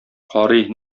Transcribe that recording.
карый